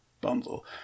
Bundle